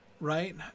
Right